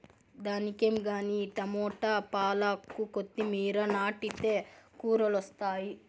దానికేం గానీ ఈ టమోట, పాలాకు, కొత్తిమీర నాటితే కూరలొస్తాయి